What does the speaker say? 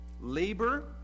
labor